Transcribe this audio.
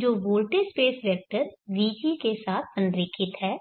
जो voltage space vector vg के साथ संरेखित है